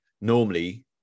normally